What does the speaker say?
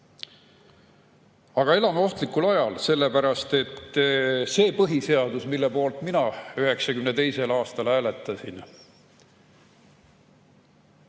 elame ohtlikul ajal, sellepärast et see põhiseadus, mille poolt mina 1992. aastal hääletasin,